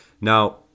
Now